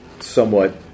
somewhat